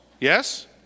Yes